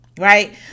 right